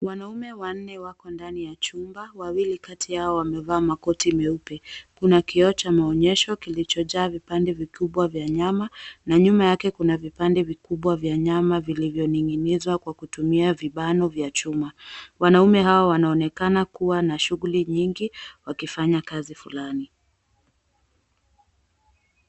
Wanaume wanne wako ndani ya chumba, wawili kati yao wamevaa makoti meupe. Kuna kioo cha ameonyeshwa kilichojaa vipande vikubwa vya nyama, na nyuma yake kuna vipande vikubwa vya nyama vilivyoning'inizwa kwa kutumia vibano vya chuma. Wanaume hawa wanaonekana kuwa na shughuli nyingi wakifanya kazi fulani.